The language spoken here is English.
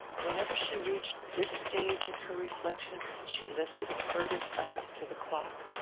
whenever she reached this stage in her reflexions she lifted a furtive glance to the clock,